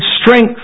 strength